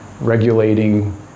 regulating